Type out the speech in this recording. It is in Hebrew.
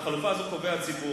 את החלופה הזאת קובע הציבור,